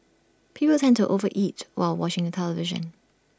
people tend to over eat while watching the television